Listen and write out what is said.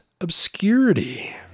obscurity